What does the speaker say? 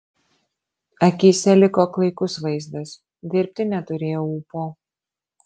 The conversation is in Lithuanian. akyse liko klaikus vaizdas dirbti neturėjau ūpo